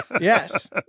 Yes